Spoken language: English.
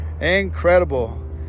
incredible